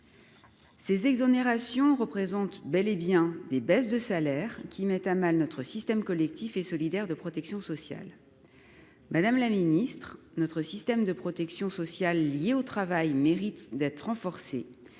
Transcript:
Ces exonérations représentent bel et bien des baisses de salaire, qui mettent à mal notre système collectif et solidaire de protection sociale. Madame la ministre, notre système de protection sociale lié au travail mérite d'être renforcé.